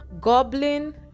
goblin